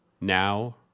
Now